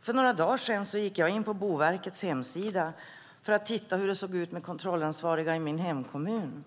För några dagar sedan gick jag in på Boverkets hemsida för att se hur det ser ut med kontrollansvariga i min hemkommun.